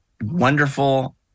wonderful